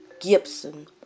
Gibson